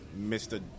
Mr